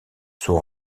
son